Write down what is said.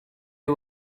est